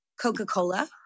Coca-Cola